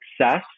success